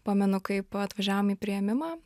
pamenu kaip atvažiavom į priėmimą